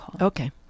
Okay